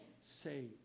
saved